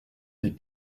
des